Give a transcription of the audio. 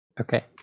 Okay